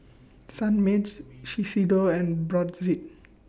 Sunmaid Shiseido and Brotzeit